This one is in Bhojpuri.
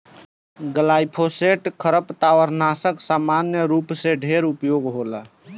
ग्लाइफोसेट खरपतवारनाशक सामान्य रूप से ढेर उपयोग होला